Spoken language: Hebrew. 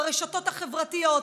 ברשתות החברתיות.